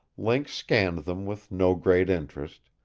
link scanned them with no great interest,